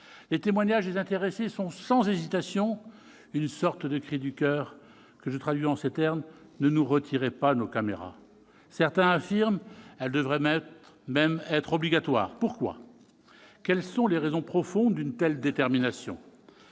Les témoignages des intéressés expriment, sans hésitation, une sorte de cri du coeur, que je traduis en ces termes :« Ne nous retirez pas nos caméras !» Certains affirment qu'elles devraient même être obligatoires. Pourquoi ? Quelles sont les raisons profondes d'une telle détermination ?